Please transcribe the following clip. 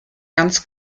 ganz